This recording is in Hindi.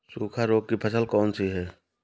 सूखा रोग की फसल कौन सी है?